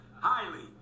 highly